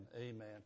Amen